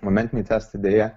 momentiniai testai deja